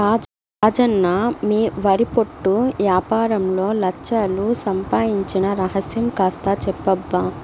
రాజన్న మీ వరి పొట్టు యాపారంలో లచ్ఛలు సంపాయించిన రహస్యం కాస్త చెప్పబ్బా